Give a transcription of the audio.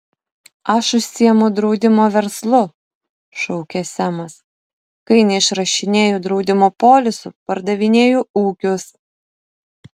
aš užsiimu draudimo verslu šaukė semas kai neišrašinėju draudimo polisų pardavinėju ūkius